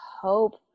hope